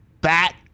bat